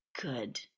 good